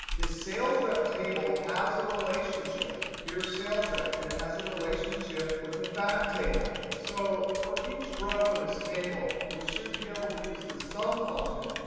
the salesrep table has a relationship. here's salesrep, and it has a relationship with the fact table. so for each row in this table, we should be able to use the sum function,